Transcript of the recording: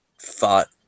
Fought